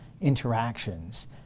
interactions